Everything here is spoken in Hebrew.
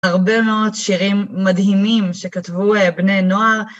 הרבה מאוד שירים מדהימים שכתבו בני נוער.